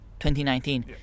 2019